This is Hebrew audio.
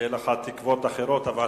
שיהיו לך תקוות אחרות, אבל